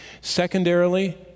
Secondarily